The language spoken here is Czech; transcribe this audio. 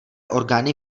orgány